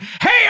Hey